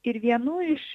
ir vienų iš